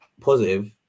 positive